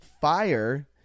fire